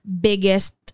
biggest